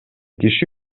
киши